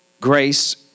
grace